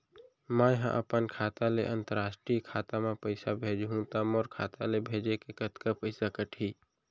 मै ह अपन खाता ले, अंतरराष्ट्रीय खाता मा पइसा भेजहु त मोर खाता ले, भेजे के कतका पइसा कटही?